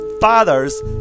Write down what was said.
father's